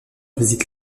visite